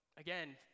again